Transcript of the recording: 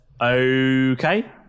Okay